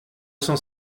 cent